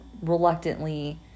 reluctantly